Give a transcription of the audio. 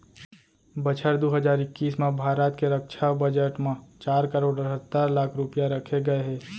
बछर दू हजार इक्कीस म भारत के रक्छा बजट म चार करोड़ अठत्तर लाख रूपया रखे गए हे